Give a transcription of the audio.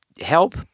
help